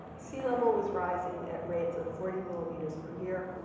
sea level was rising at rates of forty millimeters per year,